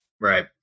Right